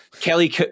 Kelly